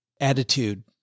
attitude